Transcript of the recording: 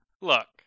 look